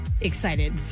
excited